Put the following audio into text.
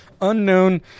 Unknown